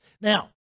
Now